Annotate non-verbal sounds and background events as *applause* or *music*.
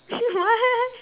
*laughs* what